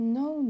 no